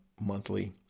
monthly